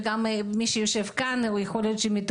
יכול להיות שגם מי שיושב כאן מטופל